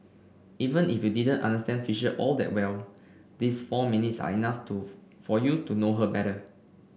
even if you didn't understand Fisher all that well these four minutes are enough for you to know her better